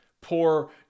poor